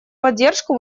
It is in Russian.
поддержку